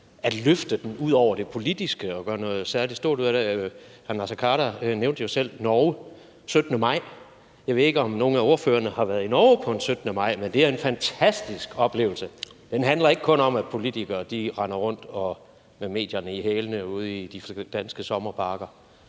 at løfte den ud over det politiske og gøre noget særligt ud af det. Hr. Naser Khader nævnte jo selv 17. maj i Norge. Jeg ved ikke, om nogen af ordførerne har været i Norge på en 17. maj, men det er en fantastisk oplevelse. Den handler ikke kun om, at politikere render rundt med medierne i hælene – som ude i de danske sommerparker